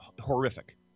horrific